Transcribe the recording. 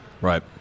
Right